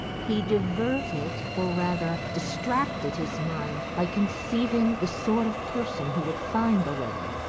he diverted, or rather distracted his mind by conceiving the sort of person who would find the letter.